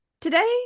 Today